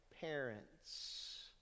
parents